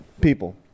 people